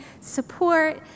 support